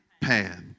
path